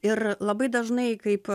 ir labai dažnai kaip